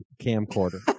camcorder